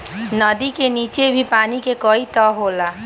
नदी का नीचे भी पानी के कई तह होला